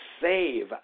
save